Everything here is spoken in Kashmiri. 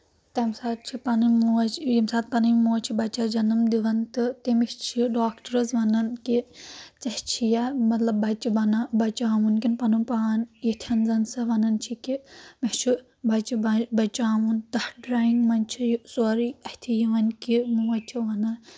تمہِ ساتہٕ چھِ پَنٕنۍ موج ییٚمہِ ساتہٕ پَنٕنۍ موج چھِ بَچَس جَنم دِوان تہٕ تٔمِس چھِ ڈاکٹرز وَنان کہِ ژ چھِ یا مطلب بَچہِ بنان بَچاوُن کِنہٕ پَنُن پان یِتھؠن زَن سۄ ونان چھِ کہِ مےٚ چھُ بَچہِ بچاوُن تَتھ ڈرایِنٛگ منٛز چھِ یہِ سورُے اَتھی یِوان کہِ موج چھِ وَنان